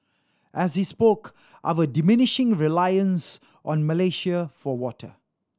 as he spoke our diminishing reliance on Malaysia for water